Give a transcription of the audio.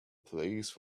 police